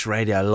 Radio